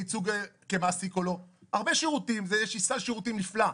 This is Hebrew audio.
לייצוג כמעסיק או לא - הרבה שירותים ויש לי סל שירותים נפלא.